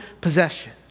possession